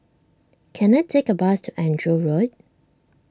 can I take a bus to Andrew Road